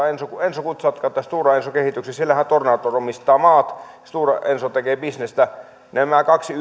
enso gutzeit stora enso kehitykseen siellähän tornator omistaa maat ja stora enso tekee bisnestä nämä kaksi